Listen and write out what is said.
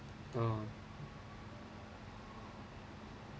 oh